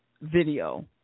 video